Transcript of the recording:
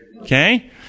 Okay